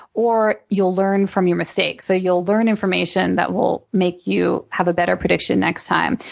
or you'll learn from your mistakes. so you'll learn information that will make you have a better prediction next time.